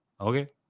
Okay